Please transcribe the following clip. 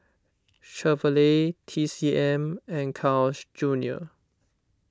Chevrolet T C M and Carl's Junior